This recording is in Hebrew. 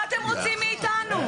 מה אתם רוצים מאתנו?